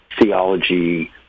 theology